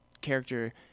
character